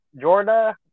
Jordan